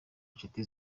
inshuti